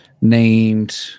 named